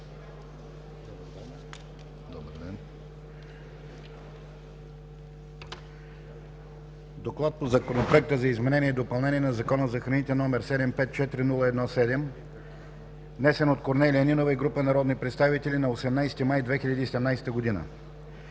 КЪНЕВ: „ДОКЛАД по Законопроекта за изменение и допълнение на Закона за храните, № 754-01-7, внесен от Корнелия Нинова и група народни представители на 18 май 2017 г.